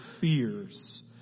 fears